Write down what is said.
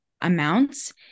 amounts